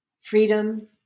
Freedom